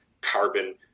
carbon